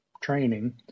training